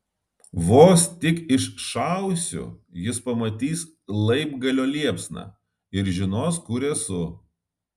vos tik iššausiu jis pamatys laibgalio liepsną ir žinos kur esu